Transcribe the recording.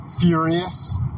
furious